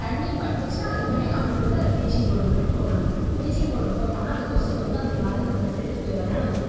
தண்ணிப்பட்டுச்சுனா அதை உடனே கவுத்து விட்டு அதில் ப்ளீச்சிங் பவுட்ரு விட்டு போட்டுறணும் ப்ளீச்சிங் பவுட்ரு போட்டோம்னா அந்த கொசு வந்து அந்த மருந்துக்கு வந்து செத்து போயிடும் அதனால வந்து